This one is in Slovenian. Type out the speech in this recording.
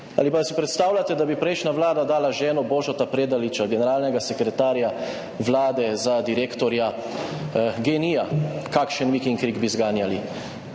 Ali pa si predstavljate, da bi prejšnja vlada dala ženo Boža Predaliča, generalnega sekretarja Vlade, za direktorico GEN-I, kakšen vik in krik bi zganjali.